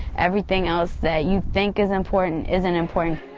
everything else that you think is important isn't important.